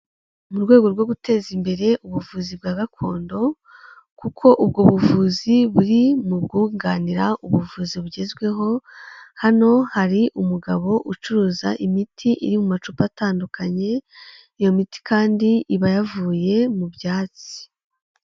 Mu rwego rwo guteza imbere ubuvuzi bwa gakondo kuko ubwo buvuzi buri mu bwunganira ubuvuzi bugezweho, hano hari umugabo ucuruza imiti iri mu macupa atandukanye, iyo miti kandi iba yavuye mu byatsi.